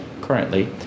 currently